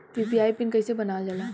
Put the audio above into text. UPI PIN कइसे बनावल जाला?